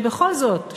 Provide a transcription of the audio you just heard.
ובכל זאת,